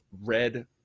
red